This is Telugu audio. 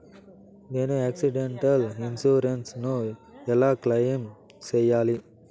నేను ఆక్సిడెంటల్ ఇన్సూరెన్సు ను ఎలా క్లెయిమ్ సేయాలి?